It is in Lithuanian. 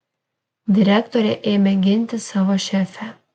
direktorė ėmė ginti savo šefę